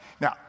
Now